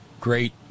great